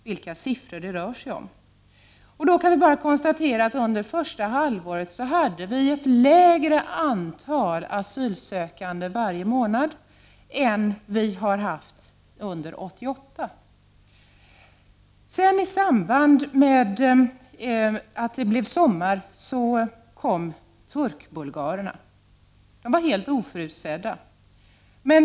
Vi kan konstatera att vi under det första halvåret hade ett lägre antal asylsökande varje månad än under 1988. När det blev sommar kom turkbulgarerna. Det var helt oförutsett.